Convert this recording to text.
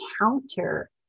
counter